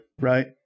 right